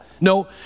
No